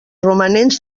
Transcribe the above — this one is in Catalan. romanents